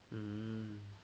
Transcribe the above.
hmm